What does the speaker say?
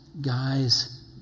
guys